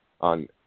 on